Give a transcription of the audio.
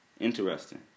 Interesting